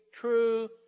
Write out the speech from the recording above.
true